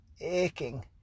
aching